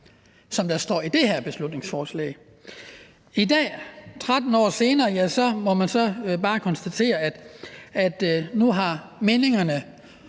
som der står i det her beslutningsforslag. I dag, 13 år senere, ja, så må man bare konstatere, at nu har meningerne